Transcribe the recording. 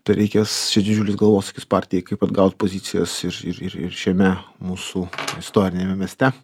tai reikės čia didžiulis galvosūkis partijai kaip atgaut pozicijas ir ir ir ir šiame mūsų istoriniame mieste